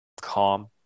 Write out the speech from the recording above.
calm